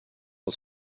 els